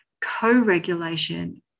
co-regulation